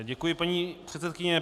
Děkuji, paní předsedkyně.